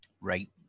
Right